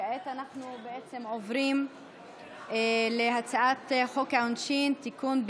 כעת אנחנו עוברים להצבעת חוק העונשין (תיקון,